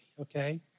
okay